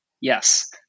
yes